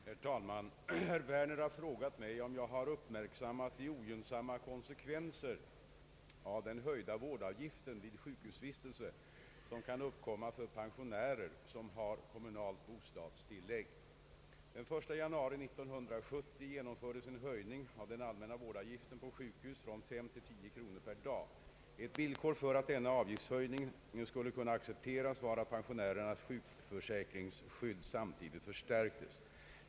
Herr talman! Herr Werner har frågat mig om jag har uppmärksammat de ogynnsamma konsekvenser av den höjda vårdavgiften vid sjukhusvistelse som kan uppkomma för pensionärer som har kommunalt bostadstillägg. Den 1 januari 1970 genomfördes en höjning av den allmänna vårdavgiften på sjukhus från 5 till 10 kr. per dag. Ett villkor för att denna avgiftshöjning skulle kunna accepteras var att pensionärernas sjukförsäkringsskydd samtidigt förstärktes.